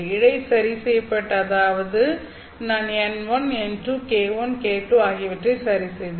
இழை சரி செய்யப்பட்ட அதாவது நான் n1 n2 k1 k2 ஆகியவற்றை சரிசெய்தேன்